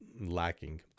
lacking